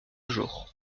jour